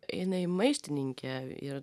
jinai maištininkė ir